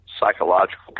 psychological